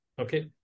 Okay